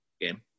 game